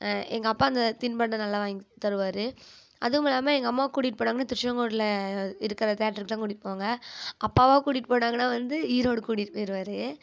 எங்கள் அப்பா அந்த தின்பண்டம் நல்லா வாங்கி தருவார் அதுவுமில்லாமல் எங்கள் அம்மா கூட்டிகிட்டு போனாங்கன்னால் திருச்செங்கோட்டில் இருக்கிற தியேட்டருக்குதான் கூட்டிகிட்டு போவாங்க அப்பாவாக கூட்டிகிட்டு போனாங்கன்னால் வந்து ஈரோடு கூட்டிகிட்டு போயிடுவாரு